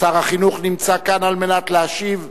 שר החינוך נמצא כאן על מנת להשיב.